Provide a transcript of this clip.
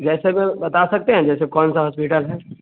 जैस में बता सकते हैं जैसे कौनसा हॉस्पिटल है